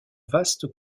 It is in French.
vastes